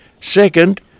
Second